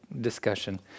discussion